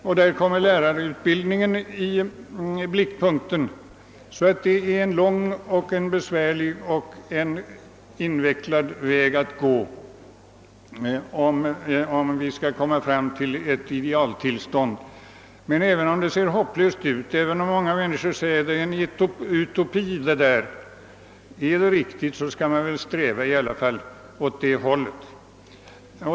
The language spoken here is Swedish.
Därför kommer lärarutbildningen i blickpunkten. Det är alltså en lång och besvärlig och invecklad väg att gå, om vi skall komma fram till ett idealtillstånd, men även om det ser hopplöst ut och även om många människor säger att det är en utopi — är det riktigt skall man väl i alla fall sträva åt det hållet.